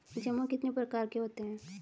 जमा कितने प्रकार के होते हैं?